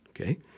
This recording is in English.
okay